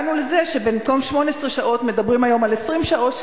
הגענו לזה שבמקום 18 שעות מדברים היום על 20 שעות,